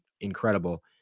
incredible